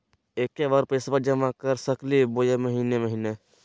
एके बार पैस्बा जमा कर सकली बोया महीने महीने?